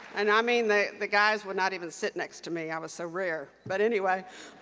and i mean, the the guys would not even sit next to me i was so rare, but anyway.